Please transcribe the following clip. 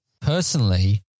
Personally